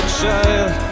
child